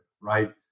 right